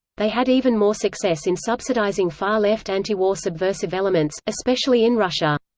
they had even more success in subsidizing far left anti-war subversive elements, especially in russia.